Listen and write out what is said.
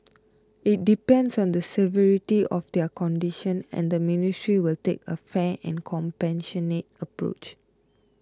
it depends on the severity of their condition and the ministry will take a fair and compassionate approach